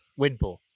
Windpool